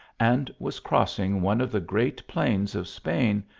and was crossing one of the great plains of spain,